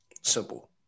Simple